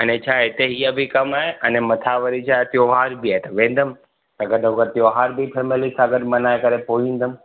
हाणे छा हे हिते इहो बि कमु आहे इन मथां वरी छाहे तियौहार बि आहे त वेंदुमि त गॾोगॾु तियौहार बि फैमिली सां गॾु मनाए करे पो ईंदुमि